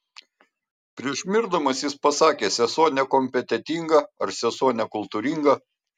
prieš mirdamas jis pasakė sesuo nekompetentinga ar sesuo nekultūringa